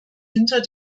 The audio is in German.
hinter